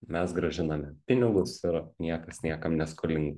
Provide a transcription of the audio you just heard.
mes grąžiname pinigus ir niekas niekam neskolingi